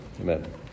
Amen